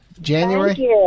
January